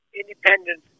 independence